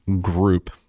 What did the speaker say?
group